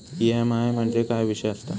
EMI म्हणजे काय विषय आसता?